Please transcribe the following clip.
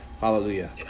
Hallelujah